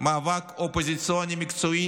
מאבק אופוזיציוני מקצועי,